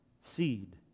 seed